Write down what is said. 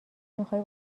میخوای